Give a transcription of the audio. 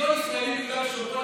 מיליון ישראלים ביהודה ושומרון,